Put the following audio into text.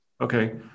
Okay